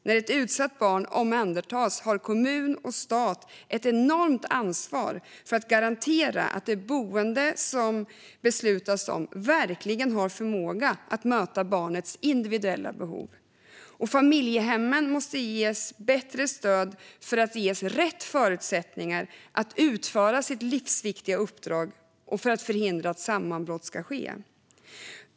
När ett utsatt barn omhändertas har kommun och stat ett enormt ansvar för att garantera att det boende som det beslutas om verkligen har förmåga att möta barnets individuella behov. Familjehemmen måste ges bättre stöd för att få rätt förutsättningar att utföra sitt livsviktiga uppdrag och förhindra att sammanbrott sker.